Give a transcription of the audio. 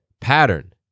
pattern